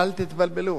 אל תתבלבלו.